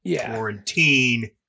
quarantine